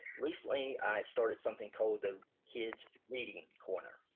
recently i started something called the kids reading corner.